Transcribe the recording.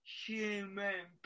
human